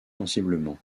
sensiblement